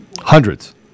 Hundreds